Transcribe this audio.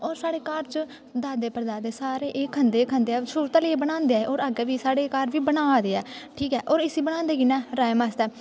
होर साढ़े घर च दादे प्रदादे सारे एह् खंदे खंदे ऐ होर शुरू तां लेइयै बनांदे होर अग्गें बी साढ़े बनादे ऐ होर इस्सी बनांदे कि'यां राजमाह् आस्तै